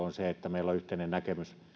on se että meillä on yhteinen näkemys